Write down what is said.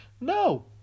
No